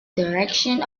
direction